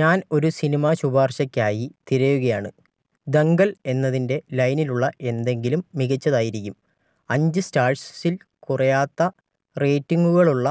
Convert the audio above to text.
ഞാൻ ഒരു സിനിമാശുപാർശയ്ക്കായി തിരയുകയാണ് ദംഗൽ എന്നതിൻ്റെ ലൈനിലുള്ള എന്തെങ്കിലും മികച്ചതായിരിക്കും അഞ്ച് സ്റ്റാഴ്സിൽ കുറയാത്ത റേറ്റിംങ്ങുകളുള്ള